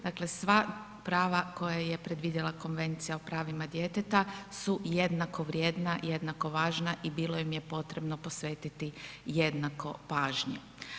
Dakle, sva prava koja je predvidjela Konvencija o pravima djeteta su jednako vrijedna, jednako važna i bilo im je potrebno posvetiti jednako pažnje.